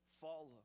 follow